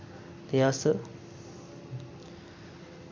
ते अस